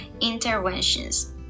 interventions